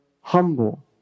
humble